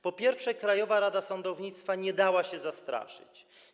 Po pierwsze, Krajowa Rada Sądownictwa nie dała się zastraszyć.